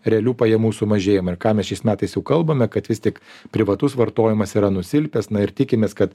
realių pajamų sumažėjimą ir ką mes šiais metais jau kalbame kad vis tik privatus vartojimas yra nusilpęs na ir tikimės kad